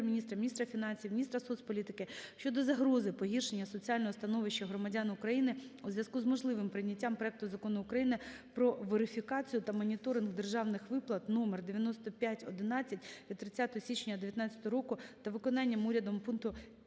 міністра фінансів, міністра соцполітики щодо загрози погіршення соціального становища громадян України у зв'язку з можливим прийняттям проекту Закону України "Про верифікацію та моніторинг державних виплат" (№ 9511) (від 30 січня 19-го року) та виконанням урядом пункту